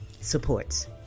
supports